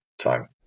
time